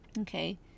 Okay